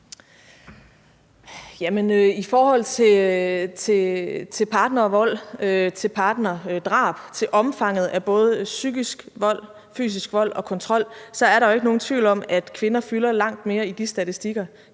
I forhold til partnervold og partnerdrab, til omfanget af både psykisk vold, fysisk vold og kontrol er der jo ikke nogen tvivl om, at kvinder fylder langt mere i de statistikker.